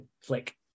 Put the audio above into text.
Flick